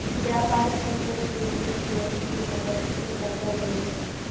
व्यापारिक company leverage loan के मदद से कर्जा लेवे ले